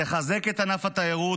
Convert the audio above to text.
תחזק את ענף התיירות,